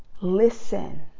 Listen